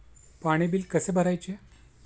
पाणी बिल कसे भरायचे?